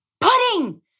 Pudding